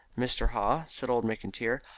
mr. haw, said old mcintyre.